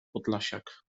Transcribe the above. podlasiak